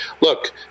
look